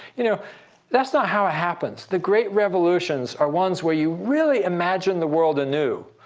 you know that's not how it happens. the great revolutions are ones where you really imagine the world anew.